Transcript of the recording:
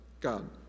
God